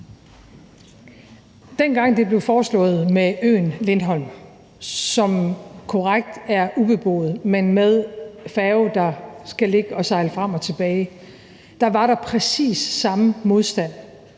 Dengang det blev foreslået med øen Lindholm, som korrekt er ubeboet, men med en færge, der skal ligge og sejle frem og tilbage, var der præcis samme modstand